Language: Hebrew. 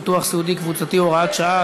ביטוח סיעודי קבוצתי) (הוראת שעה),